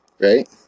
right